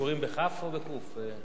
כישורים בכ"ף, או בקו"ף?